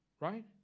Right